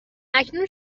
اکنون